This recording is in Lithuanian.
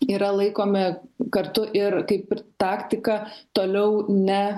yra laikomi kartu ir kaip ir taktika toliau ne